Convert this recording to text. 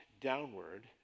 downward